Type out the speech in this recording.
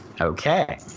Okay